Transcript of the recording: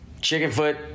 Chickenfoot